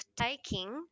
taking